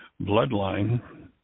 bloodline